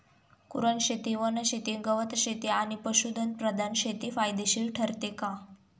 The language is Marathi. कुरणशेती, वनशेती, गवतशेती किंवा पशुधन प्रधान शेती फायदेशीर ठरते का?